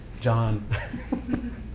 John